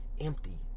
empty